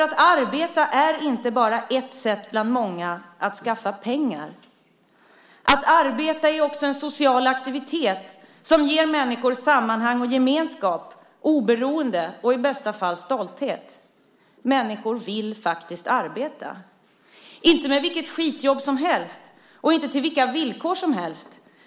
Att arbeta är inte bara ett sätt bland många att skaffa pengar. Att arbeta är också en social aktivitet som ger människor sammanhang och gemenskap, oberoende och i bästa fall stolthet. Människor vill faktiskt arbeta, men inte med vilket skitjobb som helst och inte till vilka villkor som helst.